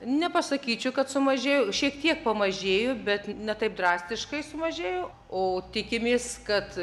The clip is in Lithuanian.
nepasakyčiau kad sumažėjo šiek tiek pamažėjo bet ne taip drastiškai sumažėjo o tikimės kad